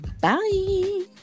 Bye